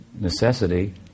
necessity